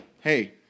hey